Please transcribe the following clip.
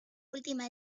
última